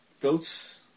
Goats